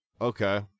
Okay